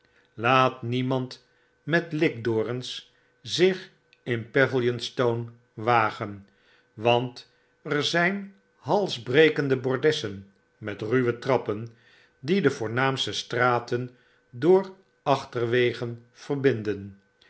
laat niemand met likdorens zich in pavilionstone wagen want er zijn halsbrekende bordessen metruwe trappen die de voornaamste straten door achterwegen verbinden